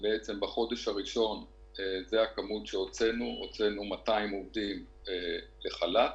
בחודש הראשון הוצאנו 200 עובדים לחל"ת,